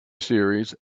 series